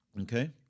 Okay